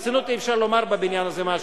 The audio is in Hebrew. ברצינות אי-אפשר לומר בבניין הזה משהו.